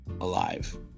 alive